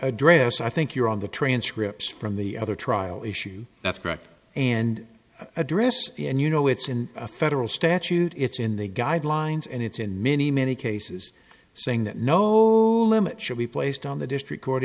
case i think you're on the transcripts from the other trial issue that's correct and address and you know it's in a federal statute it's in the guidelines and it's in many many cases saying that no limit should be placed on the district court